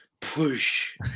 push